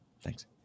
Thanks